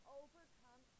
overcome